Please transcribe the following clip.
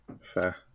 Fair